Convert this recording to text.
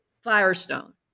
Firestone